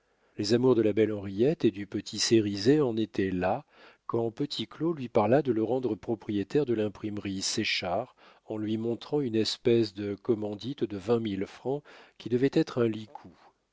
les amours de la belle henriette et du petit cérizet en étaient là quand petit claud lui parla de le rendre propriétaire de l'imprimerie séchard en lui montrant une espèce de commandite de vingt mille francs qui devait être un licou